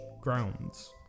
grounds